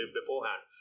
beforehand